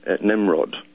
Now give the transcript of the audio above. Nimrod